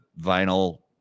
vinyl